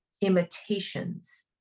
imitations